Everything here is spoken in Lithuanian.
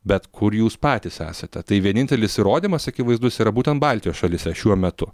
bet kur jūs patys esate tai vienintelis įrodymas akivaizdus yra būtent baltijos šalyse šiuo metu